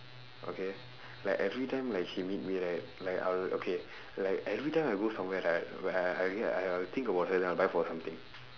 okay like every time like she meet me right like I'll okay like every time I go somewhere right whe~ I I I I'll think of her then I'll buy for her something